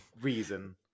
reason